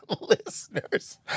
listeners